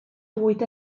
bwyd